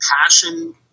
passion